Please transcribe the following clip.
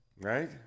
Right